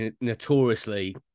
notoriously